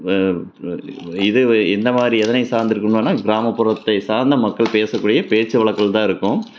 இது எந்த மாதிரி எதனை சார்ந்திருக்கும்ன்னா கிராமப்புறத்தை சார்ந்த மக்கள் பேசக்கூடிய பேச்சு வழக்கில்தான் இருக்கும்